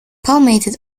palmated